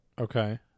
Okay